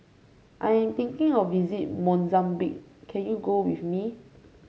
I am thinking of visiting Mozambique can you go with me